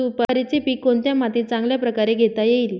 सुपारीचे पीक कोणत्या मातीत चांगल्या प्रकारे घेता येईल?